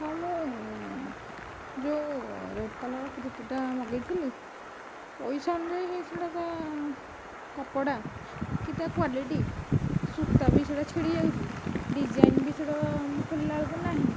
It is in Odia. ହଁ ମୁଁ ଯେଉଁ ରେଡ୍ କଲର କୁର୍ତ୍ତିଟା ମଗାଇଥିଲି ପଇସା ଅନୁଯାୟୀ ସେଇଟା ତା' କପଡ଼ା କି ତା' କ୍ଵାଲିଟି ସୂତା ବି ସେଇଟା ଛିଣ୍ଡି ଯାଉଛି ଡିଜାଇନ୍ ବି ସେଇଟା ଖୋଲିଲାବେଳକୁ ନାହିଁ